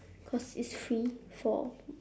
cause it's free for